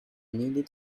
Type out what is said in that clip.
needed